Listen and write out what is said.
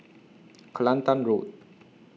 Kelantan Road